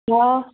دُعا